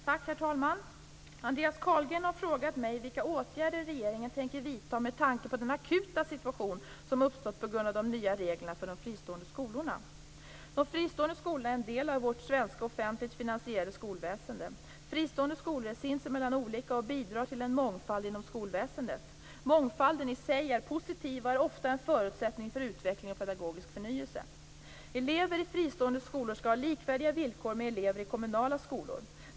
Herr talman! Andreas Carlgren har frågat mig vilka åtgärder regeringen tänker vidta med tanke på den akuta situation som uppstått på grund av de nya reglerna för de fristående skolorna. De fristående skolorna är en del av vårt svenska offentligt finansierade skolväsende. Fristående skolor är sinsemellan olika och bidrar till en mångfald inom skolväsendet. Mångfalden i sig är positiv och är ofta en förutsättning för utveckling och pedagogisk förnyelse. Elever i fristående skolor skall ha likvärdiga villkor med elever i kommunala skolor.